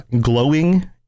Glowing